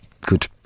good